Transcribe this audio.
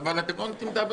אבל אתם לא נותנים לדבר.